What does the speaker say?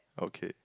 okay